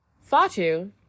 fatu